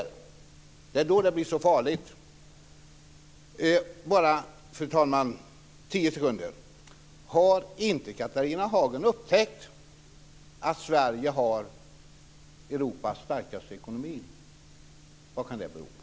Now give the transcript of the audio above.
Det är då det blir så farligt. Har inte Catharina Hagen upptäckt att Sverige har Europas starkaste ekonomi? Vad kan det bero på?